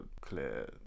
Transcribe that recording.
clear